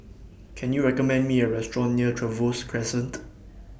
Can YOU recommend Me A Restaurant near Trevose Crescent